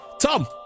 Tom